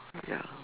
ya